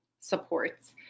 supports